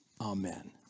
Amen